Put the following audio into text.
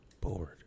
Bored